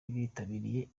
bitabiriye